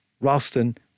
Ralston